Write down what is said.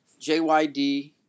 JYD